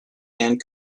and